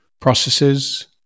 processes